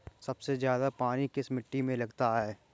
सबसे ज्यादा पानी किस मिट्टी में लगता है?